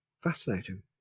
Fascinating